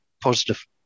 Positive